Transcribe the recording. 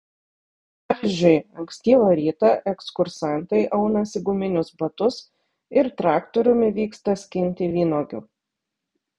pavyzdžiui ankstyvą rytą ekskursantai aunasi guminius batus ir traktoriumi vyksta skinti vynuogių